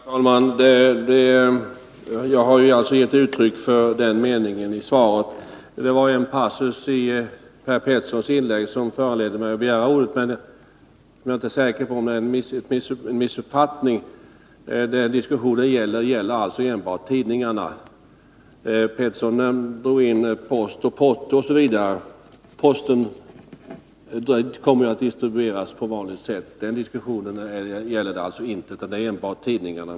Herr talman! Jag har redan i svaret givit uttryck för min mening i det avseendet. Det var en passus i Per Peterssons inlägg som föranledde mig att begära ordet. Per Petersson drog in post, porto osv. Posten kommer att distribueras på vanligt sätt. Diskussionen nu gäller enbart tidningarna.